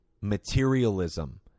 materialism